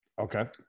okay